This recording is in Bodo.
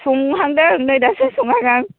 संहांदों नै दासो संहां हां